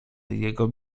jego